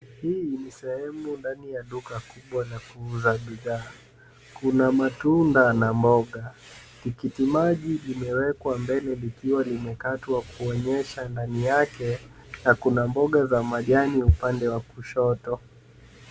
Hii ni sehemu ndani ya duka kubwa la kuuza bidhaa. Kuna matunda na mboga. Tikiti maji limewekwa mbele likiwa limekatwa kuonyesha ndani yake na kuna mboga za majani upande wa kushoto.